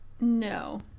No